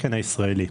לתקן הישראלי.